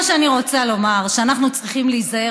מה שאני רוצה לומר: אנחנו צריכים להיזהר